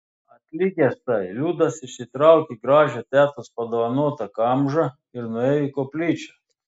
atlikęs tai liudas išsitraukė gražią tetos padovanotą kamžą ir nuėjo į koplyčią